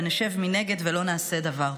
ונשב מנגד ולא נעשה דבר.